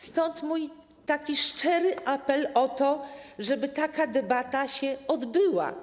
Stąd mój szczery apel o to, żeby taka debata się odbyła.